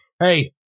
hey